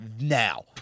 now